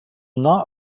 not